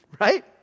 Right